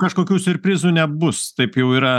kažkokių siurprizų nebus taip jau yra